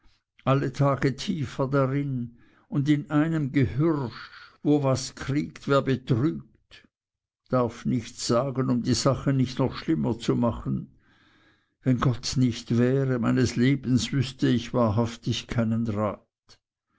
alle tage tiefer darin und in einem ghürsch wo was kriegt wer betrügt darf nichts sagen um die sache nicht noch schlimmer zu machen wenn gott nicht wäre meines lebens wüßte ich wahrhaftig keinen rat